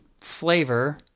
flavor